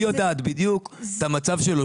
היא יודעת בדיוק את המצב שלו.